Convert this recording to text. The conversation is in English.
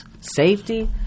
safety